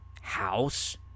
House